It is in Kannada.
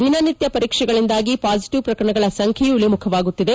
ದಿನನಿತ್ಯ ಪರೀಕ್ಷೆಗಳಿಂದಾಗಿ ಪಾಸಿಟಿವ್ ಪ್ರಕರಣಗಳ ಸಂಖ್ಯೆಯೂ ಇಳಿಮುಖವಾಗುತ್ತಿದೆ